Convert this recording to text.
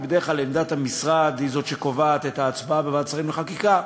כי בדרך כלל עמדת המשרד היא זו שקובעת את ההצבעה בוועדת שרים לחקיקה,